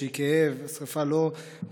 שהיא כואבת; השרפה לא רואה,